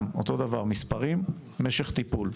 גם אותו דבר: מספרים, משך טיפול,